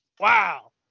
wow